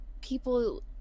people